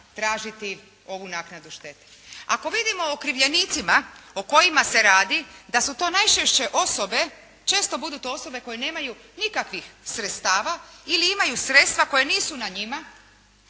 tražiti ovu naknadu štete. Ako vidimo u okrivljenicima o kojima se radi, da su najčešće osobe, često budu to osobe koje nemaju nikakvih sredstava ili imaju sredstva koja nisu na njima,